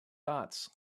dots